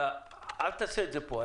אל תעשה את זה פה.